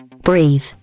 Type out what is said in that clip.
Breathe